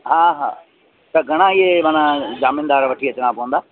हा हा त घणा इहे माना जमीनदारु वठी अचणा पवंदा